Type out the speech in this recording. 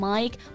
Mike